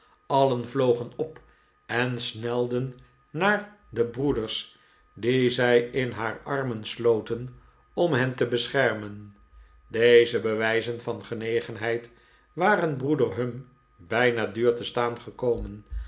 ij'ver om de ders die zij in haar armen sloten om hen te beschermen deze bewijzen van genegenheid waren broeder humm bijna duur te staan gekomen